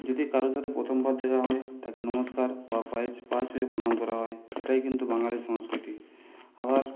যদি কারোর সাথে প্রথমবার দেখা হয় তাকে নমস্কার বা পায়ে ছু পা ছুঁয়ে প্রণাম করা হয় এটাই কিন্তু বাঙালির সংস্কৃতি আবার